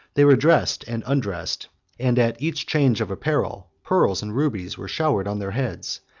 they were dressed and undressed and at each change of apparel, pearls and rubies were showered on their heads,